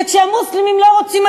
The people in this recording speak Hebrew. וכשהמוסלמים לא רוצים,